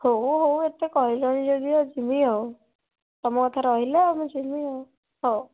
ହଉ ହଉ ଏତେ କହିଲଣି ଯଦିବା ଯିବି ଆଉ ତମ କଥା ରହିଲା ମୁଁ ଯିବି ଆଉ ହଉ